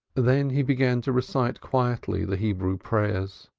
then he began to recite quietly the hebrew prayers.